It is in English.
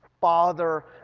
father